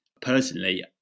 Personally